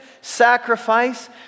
sacrifice